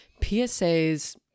PSAs